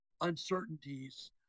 uncertainties